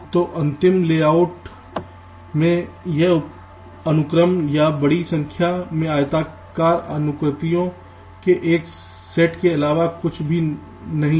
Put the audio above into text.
तो अंतिम लेआउट में यह अनुक्रम या बड़ी संख्या में आयताकार आकृतियों के एक सेट के अलावा कुछ भी नहीं है